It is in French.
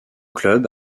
club